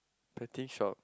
betting shop